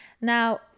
Now